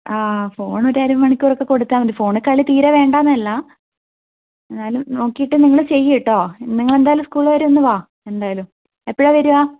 ആഹ് phone ഒരു അര മണിക്കൂറൊക്കെ കൊടുത്താൽ മതി ഫോണിൽ കളി തീരെ വേണ്ടായെന്നല്ല എന്നാലും നോക്കിയിട്ട് നിങ്ങൾ ചെയ്യ് കേട്ടോ നിങ്ങളെന്തായാലും സ്ക്കൂൾ വരെ ഒന്ന് വാ എന്തായാലും എപ്പോഴാണ് വരിക